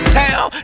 town